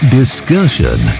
discussion